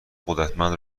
قدرتمند